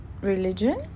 religion